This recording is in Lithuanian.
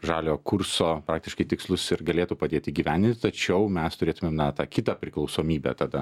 žaliojo kurso praktiškai tikslus ir galėtų padėt įgyvendint tačiau mes turėtumėm na tą kitą priklausomybę tada